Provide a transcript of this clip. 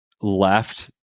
left